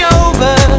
over